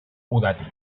udatik